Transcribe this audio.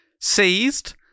seized